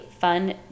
fun